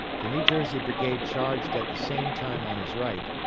the new jersey brigade charged at the same time on his right,